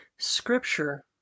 Scripture